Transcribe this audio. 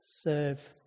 serve